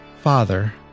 Father